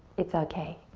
it's okay.